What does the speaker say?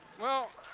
well,